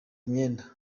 imyenda